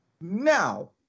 Now